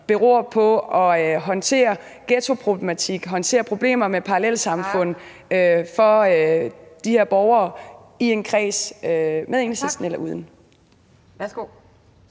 beror på at håndtere ghettoproblematikken, at håndtere problemer med parallelsamfund for de her borgere, er i en kreds med Enhedslisten?